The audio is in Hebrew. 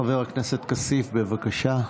חבר הכנסת כסיף, בבקשה.